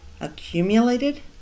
accumulated